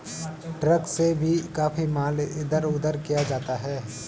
truck से भी काफी माल इधर उधर किया जाता है